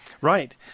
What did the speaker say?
Right